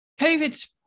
COVID